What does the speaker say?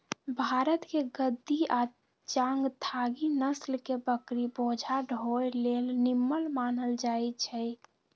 भारतके गद्दी आ चांगथागी नसल के बकरि बोझा ढोय लेल निम्मन मानल जाईछइ